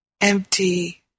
empty